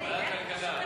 איזה פנים?